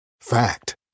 Fact